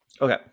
Okay